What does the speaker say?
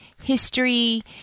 history